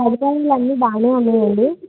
కలికాలంలో అన్నీ బాగానే ఉన్నాయండి